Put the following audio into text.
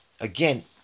again